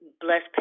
bless